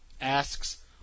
asks